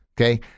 Okay